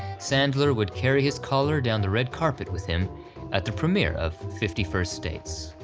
sandler would carry his collar down the red carpet with him at the premiere of fifty first dates.